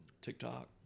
TikTok